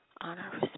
honor